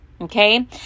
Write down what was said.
Okay